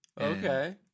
Okay